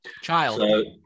Child